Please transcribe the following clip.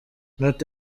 not